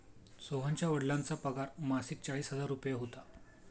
सोहनच्या वडिलांचा पगार मासिक चाळीस हजार रुपये होता